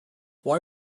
why